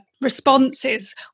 responses